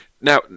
now